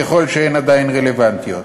ככל שהן עדיין רלוונטיות.